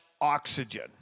oxygen